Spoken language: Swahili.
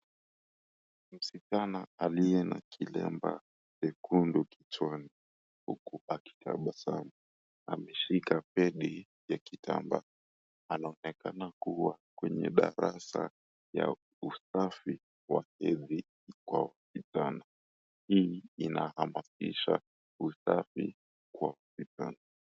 Msichana aliye na kilemba chekundu kichwani huku akitabasamu. Ameshika pedi ya kitambaa, anaonekana kuwa kwenye darasa ya usafi wa hedhi kwa wasichana. Hii ina hamasisha usafi kwa wasichana.